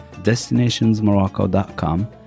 destinationsmorocco.com